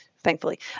thankfully